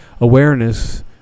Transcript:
awareness